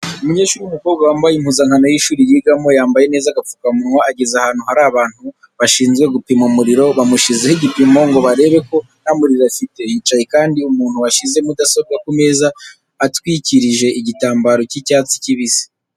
Umunyeshuri w'umukobwa wambaye impuzankano y'ishuri yigamo, yambaye neza agapfukamunwa ageze ahantu hari abantu bashinzwe gupima umuriro, bamushyizeho igipimo ngo barebe ko nta muriro afite, hicaye kandi umuntu washyize mudasobwa ku meza atwikirije igitambaro cy'icyatsi kibisi.